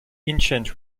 ancient